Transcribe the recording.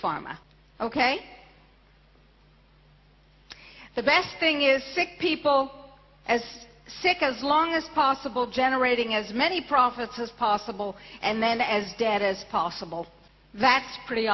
pharma ok the best thing is sick people as sick as long as possible generating as many profits as possible and then as dead as possible that's pretty